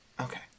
Okay